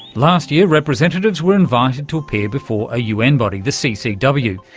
last year representatives were invited to appear before a un body, the ccw,